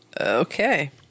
Okay